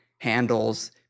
handles